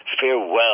farewell